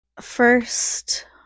first